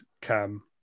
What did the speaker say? cam